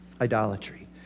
idolatry